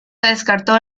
descartó